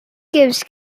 gives